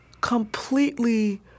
completely